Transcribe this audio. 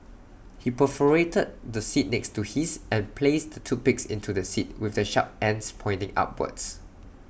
he perforated the seat next to his and placed the toothpicks into the seat with the sharp ends pointing upwards